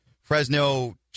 Fresno